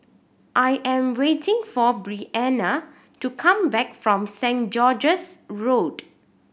I am waiting for Breanna to come back from Saint George's Road